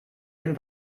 dem